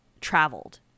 traveled